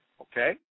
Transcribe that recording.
okay